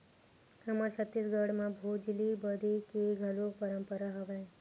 हमर छत्तीसगढ़ म भोजली बदे के घलोक परंपरा हवय